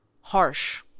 harsh